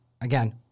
Again